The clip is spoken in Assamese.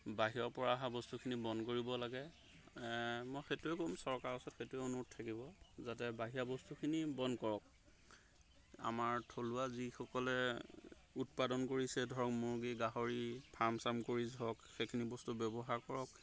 বাহিৰৰপৰা অহা বস্তুখিনি বন্ধ কৰিব লাগে মই সেইটোৱে ক'ম চৰকাৰৰ ওচৰত সেইটোৱে অনুৰোধ থাকিব যাতে বাহিৰা বস্তুখিনি বন্ধ কৰক আমাৰ থলুৱা যিসকলে উৎপাদন কৰিছে ধৰক মুৰ্গী গাহৰি ফাৰ্ম চাৰ্ম কৰি ধৰক সেইখিনি বস্তু ব্যৱহাৰ কৰক